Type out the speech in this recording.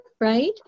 right